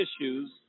issues